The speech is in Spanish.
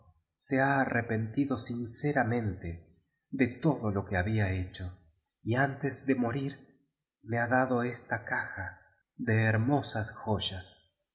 se ha arrepentido sinceramente de todo lo que habla hecho y untes de morir me lia atufa esta caja le hermosas joyas